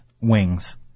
wings